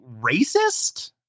racist